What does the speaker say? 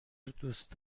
دوست